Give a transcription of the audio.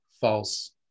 false